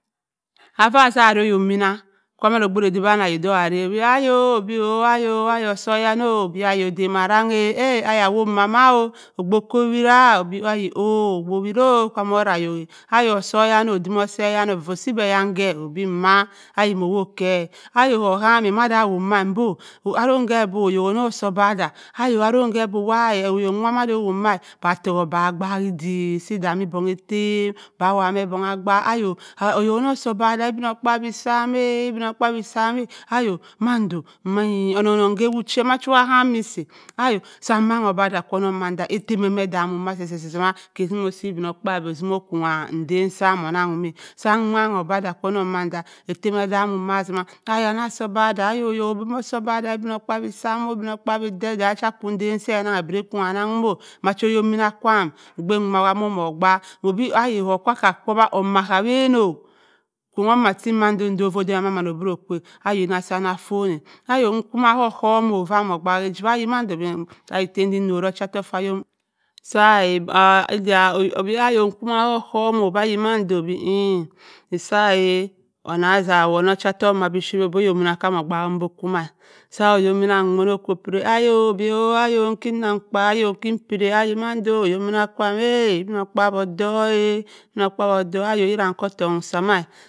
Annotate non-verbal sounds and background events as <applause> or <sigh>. Afa zah ara ohok mimna kwa man ogbe dada bong ahok ghana ara obi ayio obi ayio ayi osuyanno odi ayi odamaaran a aa ayi owomanna-o obgh okko wira obi oo obgh wira-oo kwa mo ora ahok ayi osuyanno odim ose yanno va osi be-yanno ke odi emma ayi mo hok ke ayi ko hamma ada owowar ma do aronng ke bo ohok onno si o badee ayi aronng ke bo wa auok ma made owowa ma onnong attewott akiyi odak se odami-dong ettem dong awowa me bong a abgh oyio ohok onnono si obadda ibinokpaabyi samna ibinok pabyi sawu m-a ayio mando onnong ka wo che machi oham si ayio sa wanng obadda sa annong manda ettem eme edomm-o ma zeu-zeh ma ke wo si ibinokpaabyi osimoo okbua edan zam onnong momma si ewanng obadda kwo onnong man-da ettem edamun ma sima ayi anna si obadda ayi ohok omosi obadda ibinokpaabyi sam ibino kpaabyi de edan sa akonyi adan se annan he biri konni annan momoo macha okok minna kwaam obgh wa mommo obaak odi ayi ko kwa kawa oma ka wanno kno-o oma ting mado ofo da me mama moduro kwa ayi na sa nna affonna ayi nnko ma ko ohohum-o ayi mando-ayi da deen norri ocha ottoku saa <hesitation> obi ayi nnkoma k’ohohm-o obi ayi mando odi eyi saa-a anna za awonbu ocha ottoku madipuyir obi ohokminna obaak mu odo okkuma sa ohok mi okko piri ayi-odi o ayi ike nnum mkpa ayo ikki piri ayo mando ohok minna kwam <unintelligible> ibino kpuabyi odu-a ibino kpaa by irra okko ottoku n sa maa.